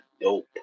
dope